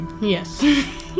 Yes